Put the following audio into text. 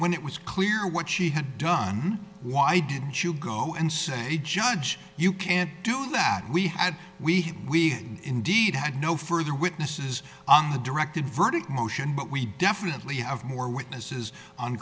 when it was clear what she had done why did you go and say judge you can't do that we had we had we indeed had no further witnesses on the directed verdict motion but we definitely have more witnesses on